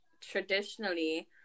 traditionally